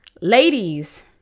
ladies